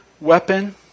weapon